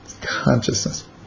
consciousness